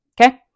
okay